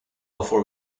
before